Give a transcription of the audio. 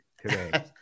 today